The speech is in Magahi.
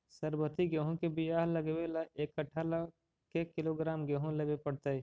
सरबति गेहूँ के बियाह लगबे ल एक कट्ठा ल के किलोग्राम गेहूं लेबे पड़तै?